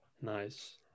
nice